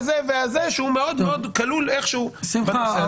זה וזה שהוא מאוד כלול איכשהו -- שמחה,